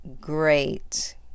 Great